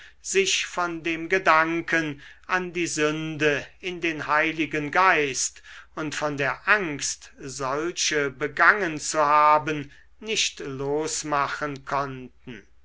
sich von dem gedanken an die sünde in den heiligen geist und von der angst solche begangen zu haben nicht losmachen konnten